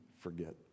forget